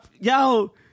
Yo